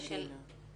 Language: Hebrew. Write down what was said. של (ג).